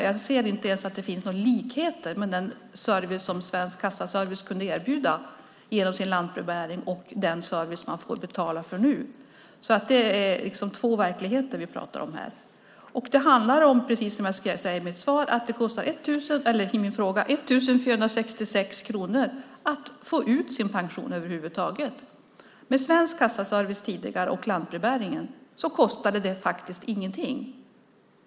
Jag ser inte ens att det finns någon likhet mellan den service som Svensk Kassaservice kunde erbjuda genom sin lantbrevbäring och den service man får betala för nu, så det är liksom två verkligheter vi pratar om här. Det handlar om, precis som jag säger i min interpellation, att det kostar 1 466 kronor om året att få ut sin pension över huvud taget. Med Svensk Kassaservice tidigare och lantbrevbäringen kostade det faktiskt ingenting.